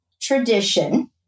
tradition